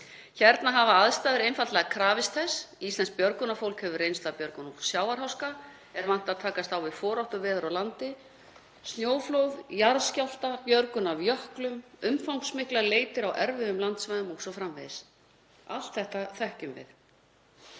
Hérna hafa aðstæður einfaldlega krafist þess. Íslenskt björgunarfólk hefur reynslu af björgun úr sjávarháska, er vant að takast á við foráttuveður á landi, snjóflóð, jarðskjálfta, björgun af jöklum, umfangsmiklar leitir á erfiðum landsvæðum o.s.frv. Allt þetta þekkjum við.